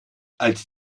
als